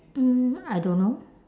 mm I don't know